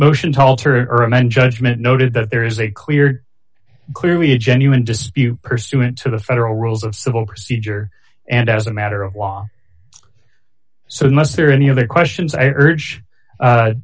motion to alter or amend judgment noted that there is a clear clearly a genuine dispute pursuant to the federal rules of civil procedure and as a matter of law so unless there are any other questions i urge